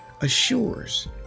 assures